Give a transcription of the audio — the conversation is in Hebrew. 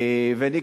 ואני,